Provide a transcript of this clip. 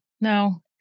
no